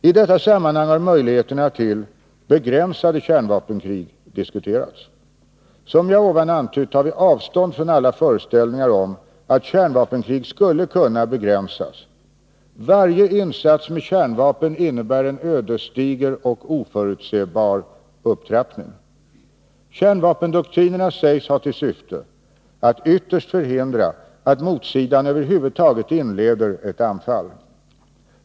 I detta sammanhang har möjligheterna till ”begränsade kärnvapenkrig” diskuterats. Som jag här antytt tar vi avstånd från alla föreställningar om att kärnvapenkrig skulle kunna begränsas. Varje insats med kärnvapen innebär en ödesdiger och oförutsebar upptrappning. Kärnvapendoktrinerna sägs ha till syfte att ytterst förhindra att motsidan över huvud taget inleder ett anfall.